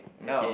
now